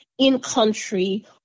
in-country